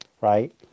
right